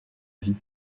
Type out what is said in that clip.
vie